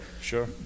Sure